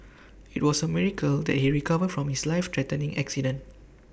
IT was A miracle that he recovered from his life threatening accident